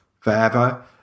forever